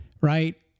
Right